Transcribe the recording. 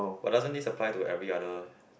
but doesn't this apply to every other